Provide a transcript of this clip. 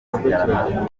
ubumuga